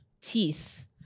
teeth